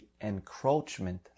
encroachment